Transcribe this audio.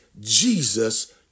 Jesus